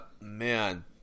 man